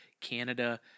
Canada